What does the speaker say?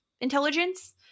intelligence